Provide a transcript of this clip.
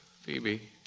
Phoebe